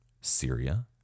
Syria